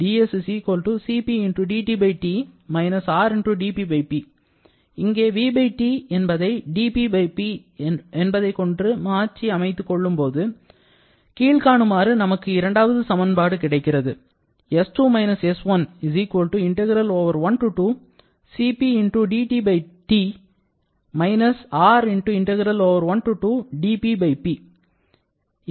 இங்கே 'vT' என்பதை 'dpP' என்பதைக் கொண்டு மாற்றி அமைத்துக் கொள்ளும்போது கீழ்காணுமாறு நமக்கு இரண்டாவது சமன்பாடு கிடைக்கிறது